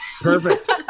Perfect